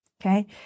Okay